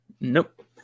Nope